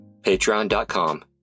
patreon.com